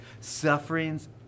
sufferings